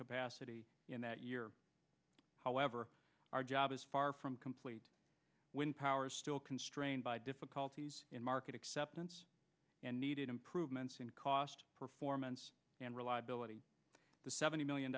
capacity in that year however our job is far from complete power still constrained by difficulties in market acceptance and needed improvements in cost performance and reliability the seventy million